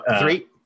Three